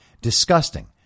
disgusting